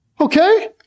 Okay